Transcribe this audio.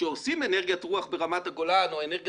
כשעושים אנרגיית רוח ברמת הגולן או אנרגיה